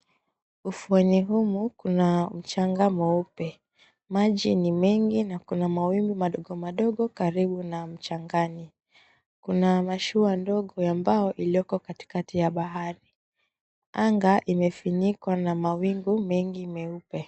Ufuoni humu kuna mchanga mweupe maji ni mengi na kuna mawimbi madogo madogo karibu na mchangani. Kuna mashua ndogo ilioko katikati mwa bahari anga imefunikwa na mawingu mengi meupe.